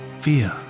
fear